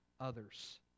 others